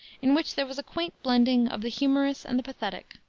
in which there was a quaint blending of the humorous and the pathetic.